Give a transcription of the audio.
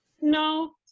no